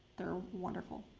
they're wonderful.